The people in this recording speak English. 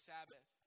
Sabbath